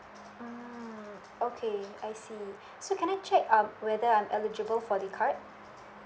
mm okay I see so can I check um whether I'm eligible for the card